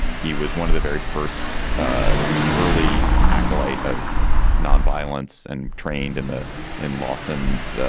he was one of the very first or he was an early acolyte of nonviolence and trained in the in lawsons.